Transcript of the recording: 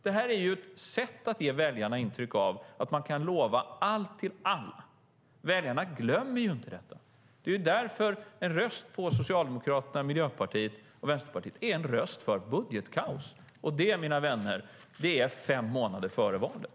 Det är ett sätt att ge väljarna intrycket av att alla kan få allt. Väljarna glömmer inte detta. Det är därför en röst på Socialdemokraterna, Miljöpartiet och Vänsterpartiet är en röst för budgetkaos. Och det, mina vänner, är beskedet fem månader före valet.